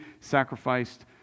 sacrificed